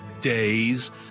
days